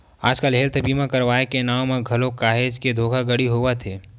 आजकल हेल्थ बीमा करवाय के नांव म घलो काहेच के धोखाघड़ी होवत हे